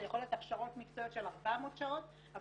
זה יכול להיות הכשרו מקצועיות של 400 שעות אבל